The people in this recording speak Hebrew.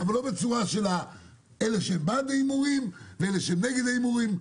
אבל לא בצורה של אלה בעד הימורים ואלה שנגד ההימורים,